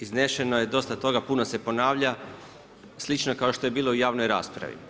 Iznešeno je dosta toga, puno se ponavlja slično kao što je bilo i u javnoj raspravi.